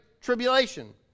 tribulation